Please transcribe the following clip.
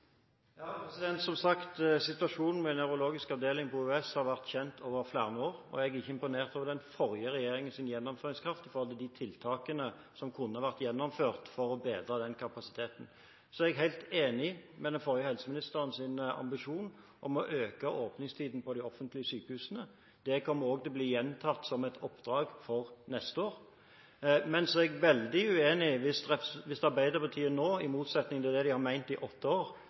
Som sagt: Situasjonen ved nevrokirurgisk avdeling på OUS har vært kjent over flere år, og jeg er ikke imponert over den forrige regjeringens gjennomføringskraft med hensyn til de tiltakene som kunne vært gjennomført for å bedre kapasiteten. Så er jeg helt enig i den forrige helseministerens ambisjon om å øke åpningstidene i de offentlige sykehusene. Det kommer til å bli gjentatt som et oppdrag for neste år. Men jeg er veldig uenig hvis Arbeiderpartiet nå, i motsetning til det de har ment i åtte år,